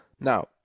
now